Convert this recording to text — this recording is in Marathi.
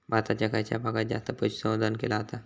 भारताच्या खयच्या भागात जास्त पशुसंवर्धन केला जाता?